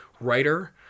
writer